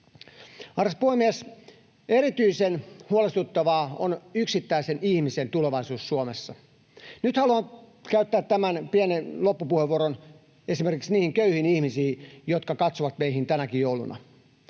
Arvoisa puhemies! Erityisen huolestuttavaa on yksittäisen ihmisen tulevaisuus Suomessa. Nyt haluan käyttää tämän loppupuheenvuoron esimerkiksi niihin köyhiin ihmisiin, jotka katsovat meihin tänäkin jouluna.